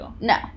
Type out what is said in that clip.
No